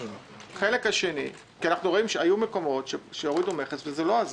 אנחנו יודעים שהיו מקומות שבהם הורידו מכס וזה לא עזר.